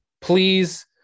Please